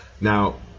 now